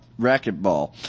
Racquetball